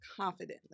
confidently